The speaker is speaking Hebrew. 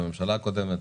בממשלה הקודמת.